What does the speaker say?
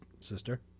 sister